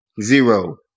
Zero